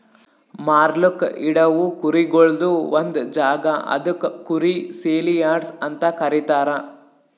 ಮಾರ್ಲುಕ್ ಇಡವು ಕುರಿಗೊಳ್ದು ಒಂದ್ ಜಾಗ ಅದುಕ್ ಕುರಿ ಸೇಲಿಯಾರ್ಡ್ಸ್ ಅಂತ ಕರೀತಾರ